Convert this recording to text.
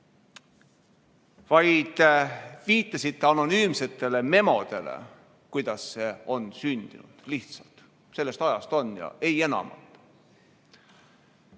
vaid viitasite anonüümsetele memodele, kuidas see on sündinud. Lihtsalt, et sellest ajast see on, ja ei enamat.